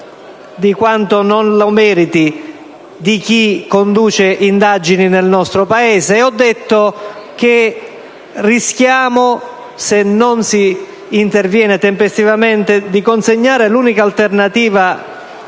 di quanto non lo meriti di chi conduce indagini nel nostro Paese. Ho detto che rischiamo, se non si interviene tempestivamente, di consegnare l'unica alternativa